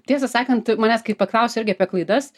tiesą sakant manęs kai paklausia irgi apie klaidas